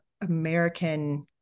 American-